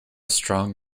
strong